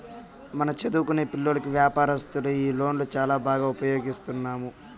మన చదువుకొనే పిల్లోల్లకి వ్యాపారస్తులు ఈ లోన్లు చాలా బాగా ఉపయోగిస్తున్నాము